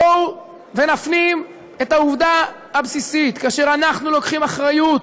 בואו נפנים את העובדה הבסיסית: כאשר אנחנו לוקחים אחריות,